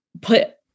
put